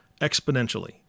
exponentially